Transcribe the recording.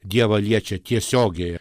dievą liečia tiesiogiai